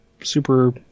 super